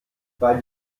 bei